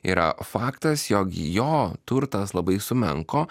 yra faktas jog jo turtas labai sumenko